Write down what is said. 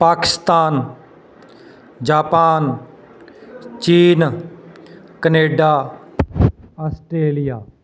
Pakistan Japan ਚੀਨ Canada Australia